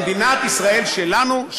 למדינת ישראל שלנו,